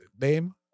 name